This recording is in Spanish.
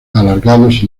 alargados